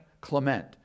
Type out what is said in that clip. Clement